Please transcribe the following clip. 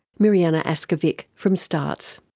mirjana askovic from startts.